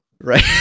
right